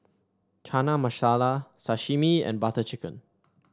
Chana Masala Sashimi and Butter Chicken